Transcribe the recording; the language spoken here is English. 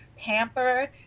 pampered